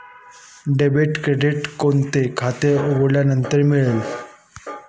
Debit card कोणते खाते उघडल्यानंतर मिळते?